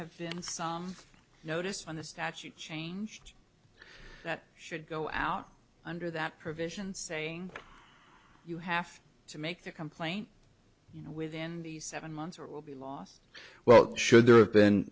have been some notice on the statute changed that should go out under that provision saying you have to make the complaint you know within the seven months or it will be last well should there have been